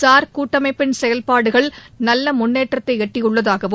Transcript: SAARC கூட்டமைப்பின் செயல்பாடுகள் நல்ல முன்னேற்றத்தை எட்டியுள்ளதாகவும்